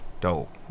Dope